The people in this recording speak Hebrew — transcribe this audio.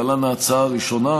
להלן: ההצעה הראשונה,